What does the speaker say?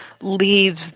leaves